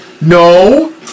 No